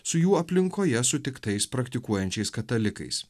su jų aplinkoje sutiktais praktikuojančiais katalikais